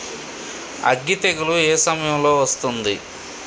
అగ్గి తెగులు ఏ సమయం లో వస్తుంది?